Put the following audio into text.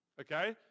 Okay